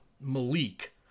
Malik